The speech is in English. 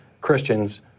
Christians